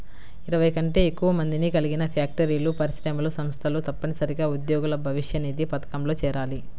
ఇరవై కంటే ఎక్కువ మందిని కలిగిన ఫ్యాక్టరీలు, పరిశ్రమలు, సంస్థలు తప్పనిసరిగా ఉద్యోగుల భవిష్యనిధి పథకంలో చేరాలి